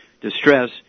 distress